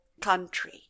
country